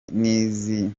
n’izi